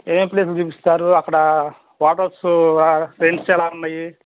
ఏం ఏం ప్లేసులు చూపిస్తారు అక్కడ హోటల్సు రెంట్స్ ఎలా ఉన్నాయి